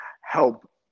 help